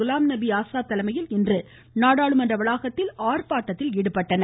குலாம்நபி ஆசாத் தலைமையில் இன்று நாடாளுமன்ற வளாகத்தில் ஆர்ப்பாட்டத்தில் ஈடுபட்டனர்